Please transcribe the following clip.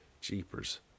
Jeepers